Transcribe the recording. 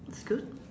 it's good